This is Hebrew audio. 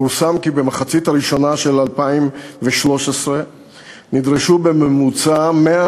פורסם כי במחצית הראשונה של 2013 נדרשו בממוצע 144